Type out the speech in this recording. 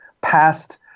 past